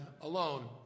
alone